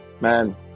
man